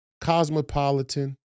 cosmopolitan